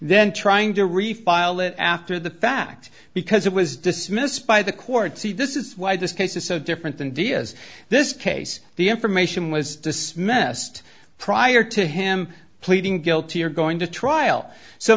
then trying to refile it after the fact because it was dismissed by the court see this is why this case is so different than dia's this case the information was dismissed prior to him pleading guilty or going to trial so